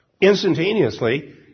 instantaneously